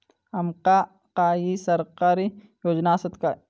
आमका काही सरकारी योजना आसत काय?